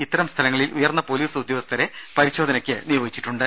ഇത്തരം സ്ഥലങ്ങളിൽ ഉയർന്ന പോലീസ് ഉദ്യോഗസ്ഥരെ പരിശോധനയ്ക്കു നിയോഗിച്ചിട്ടുണ്ട്